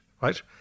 right